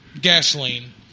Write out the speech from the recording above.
gasoline